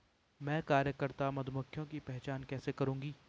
मैं कार्यकर्ता मधुमक्खियों की पहचान कैसे करूंगी?